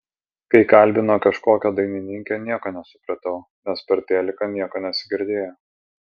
kai kalbino kažkokią dainininkę nieko nesupratau nes per teliką nieko nesigirdėjo